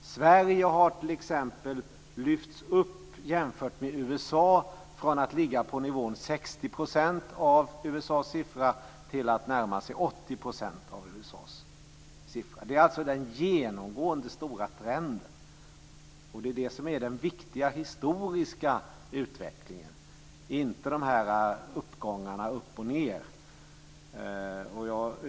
Sverige har t.ex. jämfört med USA lyfts upp från att ligga på 60 % av USA:s siffra till att närma sig 80 % av USA:s siffra. Det är alltså den genomgående stora förändringen. Det är det som är den viktiga historiska utvecklingen, inte växlingarna mellan upp och nedgångar.